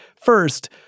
First